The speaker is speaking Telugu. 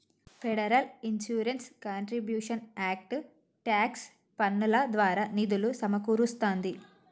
federal insurance contributions act tax పన్నుల ద్వారా నిధులు సమకూరుస్తాంది